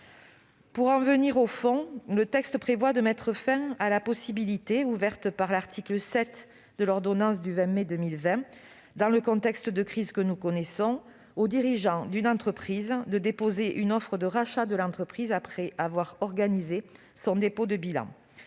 Pour en venir au fond, le texte prévoit de mettre fin à la possibilité, ouverte par l'article 7 de l'ordonnance du 20 mai 2020, dans le contexte de crise que nous connaissons, pour un dirigeant d'entreprise de déposer une offre de rachat après avoir organisé le dépôt de bilan